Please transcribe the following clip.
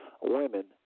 women